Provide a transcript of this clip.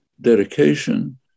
dedication